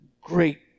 great